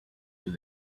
with